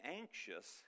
anxious